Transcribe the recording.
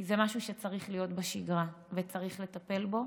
כי זה משהו שצריך להיות בשגרה וצריך לטפל בו.